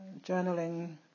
journaling